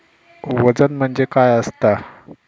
वजन म्हणजे काय असता?